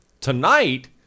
Tonight